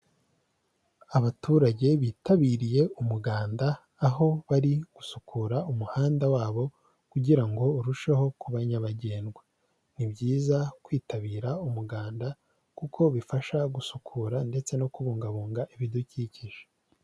Abaturage bitabiriye umuganda, aho bari gusukura umuhanda wabo kugira ngo urusheho kuba nyabagendwa, ni byiza kwitabira umuganda kuko bifasha gusukura ndetse no kubungabunga ibidukikije.